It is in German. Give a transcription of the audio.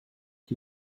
die